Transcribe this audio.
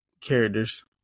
characters